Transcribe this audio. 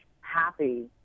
happy